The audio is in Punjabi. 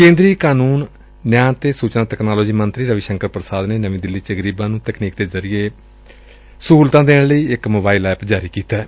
ਕੇ'ਦਰੀ ਕਾਨੁੰਨ ਨਿਆਂ ਤੇ ਸੁਚਨਾ ਤਕਨਾਲੋਜੀ ਮੰਤਰੀ ਰਵੀ ਸ਼ੰਕਰ ਪੁਸਾਦ ਨੇ ਨਵੀ' ਦਿੱਲੀ 'ਚ ਗਰੀਬਾਂ ਨੁੰ ਤਕਨੀਕ ਦੇ ਜ਼ਰੀਏ ਸਹੁਲਤਾਂ ਦੇਣ ਲਈ ਮੋਬਾਈਲ ਐਪ ਜਾਰੀ ਕੀਤੈ